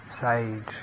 sage